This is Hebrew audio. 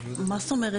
מה זאת אומרת?